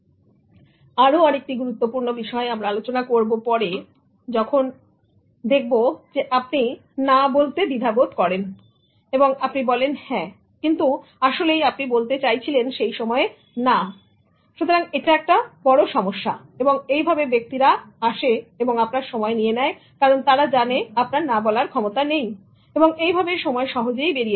আবারো আরেকটি গুরুত্বপূর্ণ বিষয় আমরা আলোচনা করব পরে যখন আপনি "না" বলতে দ্বিধাবোধ করেন এবং আপনি বলেন হ্যাঁ কিন্তু আসলেই আপনি বলতে চাইছেন না সুতরাং এটা একটা সমস্যা এবং এইভাবে ব্যক্তিরা আসে এবং আপনার সময় নিয়ে নেয় কারণ তারা জানে আপনার না বলার ক্ষমতা নেই এবং এইভাবে সময় সহজেই বেরিয়ে যায়